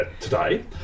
today